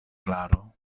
klaro